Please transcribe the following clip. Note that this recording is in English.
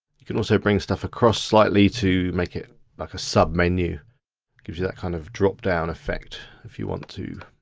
you can also bring stuff across slightly to make it like a submenu, it gives you that kind of drop-down effect, if you want to.